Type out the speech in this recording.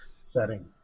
setting